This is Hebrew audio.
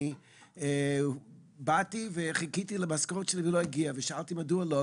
אני באתי וחיכיתי למשכורת שלי והיא לא הגיעה ושאלתי מדוע לא,